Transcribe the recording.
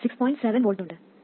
7 V ഉണ്ട്